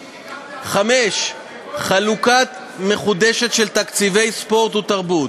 5. חלוקה מחודשת של תקציבי ספורט ותרבות,